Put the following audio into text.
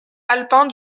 alpin